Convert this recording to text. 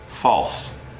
false